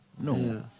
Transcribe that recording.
No